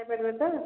ଖାଇ ପାରିବେ ତ